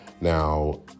Now